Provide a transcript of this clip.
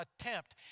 attempt